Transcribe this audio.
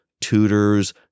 tutors